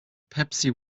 pepsi